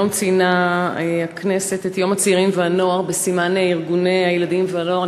היום ציינה הכנסת את יום הצעירים והנוער בסימן ארגוני הילדים והנוער.